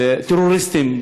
טרוריסטים,